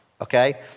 okay